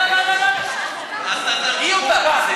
קארין, את יכולה לנהל דיון נוסף אצלך.